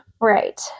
Right